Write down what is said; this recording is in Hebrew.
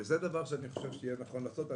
זה דבר שיהיה נכון לעשות.